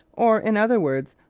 or, in other words,